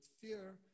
fear